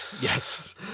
Yes